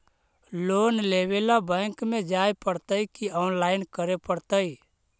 Loan लेवे ल bank में जाय पड़तै कि औनलाइन करे पड़तै?